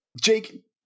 jake